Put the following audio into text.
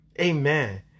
Amen